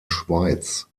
schweiz